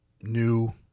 new